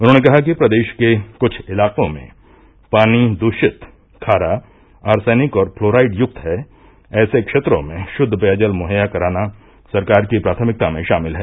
उन्होंने कहा कि प्रदेश के कुछ इलाक़ों में पानी दूषित खारा आर्सेनिक और फ्लोराइड युक्त है ऐसे क्षेत्रों में शुद्व पेयजल मुहैया कराना सरकार की प्राथमिकता में शामिल है